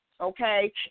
Okay